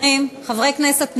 חברי כנסת נכבדים,